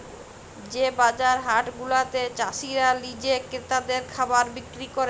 যে বাজার হাট গুলাতে চাসিরা লিজে ক্রেতাদের খাবার বিক্রি ক্যরে